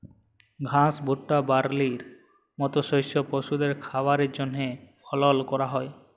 ঘাস, ভুট্টা, বার্লির মত শস্য পশুদের খাবারের জন্হে ফলল ক্যরা হ্যয়